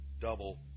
double